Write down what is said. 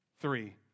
three